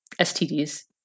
STDs